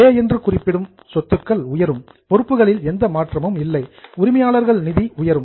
ஏ என்று குறிப்பிடும் சொத்துக்கள் உயரும் பொறுப்புகளில் எந்த மாற்றமும் இல்லை உரிமையாளர்கள் நிதி உயரும்